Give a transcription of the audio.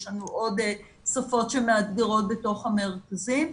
יש לנו עוד שפות שמאתגרות בתוך המרכזים,